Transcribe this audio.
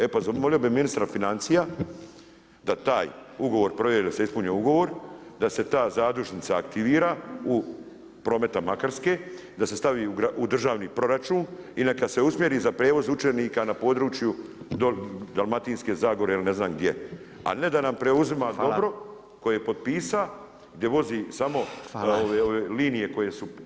E pa zamolio bih ministra financija da taj ugovor promjeri jel' se ispunio ugovor, da se ta zadužnica aktivira u Promet Makarske i da se stavi u državni proračun i neka se usmjeri za prijevoz učenika na području Dalmatinske Zagore ili ne znam gdje, a ne da nam preuzima dobro koje je potpisao gdje vozi samo linije koje su